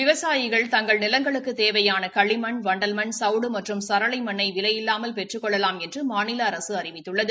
விவசாயிகள் தங்கள் நிலங்களுக்குத் தேவையான களிமண் வண்டல்மண் சவுடு மற்றும் சரளை மண்ணை விலையில்லாமல் பெற்றுக் கொள்ளலாம் என்று மாநில அரசு அறிவித்துள்ளது